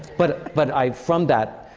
but but i from that,